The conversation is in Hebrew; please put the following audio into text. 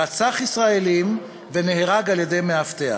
רצח ישראלים ונהרג על-ידי מאבטח.